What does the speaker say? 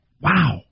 Wow